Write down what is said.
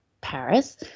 Paris